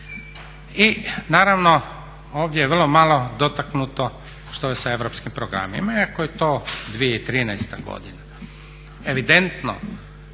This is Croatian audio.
I naravno, ovdje je vrlo malo dotaknuto što je sa europskim programima iako je to 2013. godina.